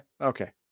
okay